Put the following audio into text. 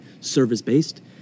service-based